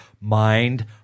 mind